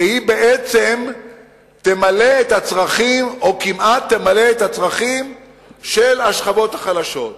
שבעצם היא כמעט תמלא את הצרכים של השכבות החלשות.